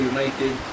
United